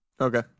Okay